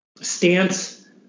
stance